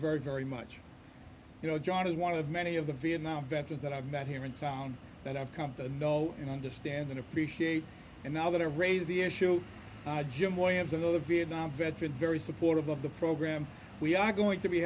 very very much you know john is one of many of the vietnam veterans that i've met here in town that i've come to know and understand and appreciate and now that i've raised the issue jim williams of the vietnam veteran very supportive of the program we are going to be